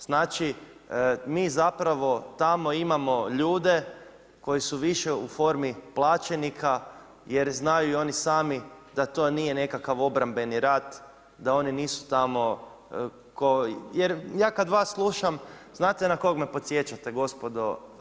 Znači mi zapravo tamo imamo ljude koji su više u formi plaćenika jer znaju i oni sami da to nije nekakav obrambeni rat, da oni nisu tamo jer ja kada vas slušam, znate na koga me podsjećate gospodo.